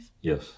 Yes